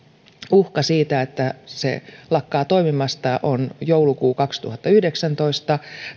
uhka siitä että ne lakkaavat toimimasta joulukuussa kaksituhattayhdeksäntoista